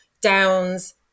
Downs